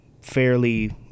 fairly